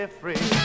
free